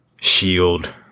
Shield